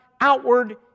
outward